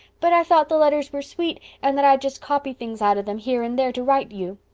but i thought the letters were sweet and that i'd just copy things out of them here and there to write you.